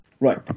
right